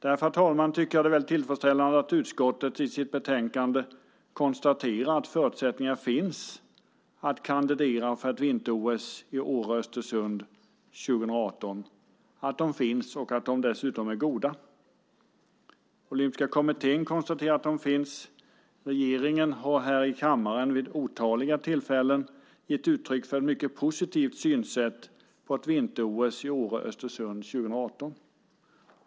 Därför, herr talman, tycker jag att det är väldigt tillfredsställande att utskottet i sitt betänkande konstaterar att förutsättningar finns att kandidera för ett vinter-OS i Åre-Östersund 2018, att de finns och att de dessutom är goda. Olympiska kommittén konstaterar att de finns. Regeringen har här i kammaren vid otaliga tillfällen gett uttryck för ett mycket positivt synsätt när det gäller ett vinter-OS i Åre-Östersund 2018.